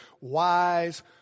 wise